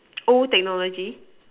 old technology